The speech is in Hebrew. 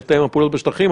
מתאם הפעולות בשטחים.